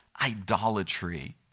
idolatry